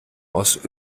aus